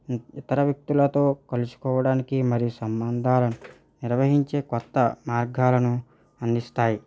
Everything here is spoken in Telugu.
ఇతర వ్యక్తులతో కలుసుకోవడానికి మరియు సంబంధాలను నిర్వహించే క్రొత్త మార్గాలను అందిస్తాయి